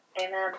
Amen